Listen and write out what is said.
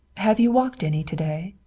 have you walked any to-day?